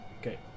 Okay